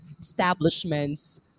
establishments